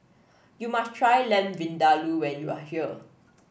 you must try Lamb Vindaloo when you are here